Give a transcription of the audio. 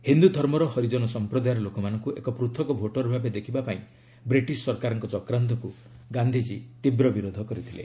ହିନ୍ଦୁଧର୍ମର ହରିଜନ ସଂପ୍ରଦାୟର ଲୋକମାନଙ୍କୁ ଏକ ପୃଥକ ଭୋଟର ଭାବେ ରଖିବା ପାଇଁ ବ୍ରିଟିଶ ସରକାରଙ୍କ ଚକ୍ରାନ୍ତକୁ ଗାନ୍ଧିଜୀ ବିରୋଧ କରିଥିଲେ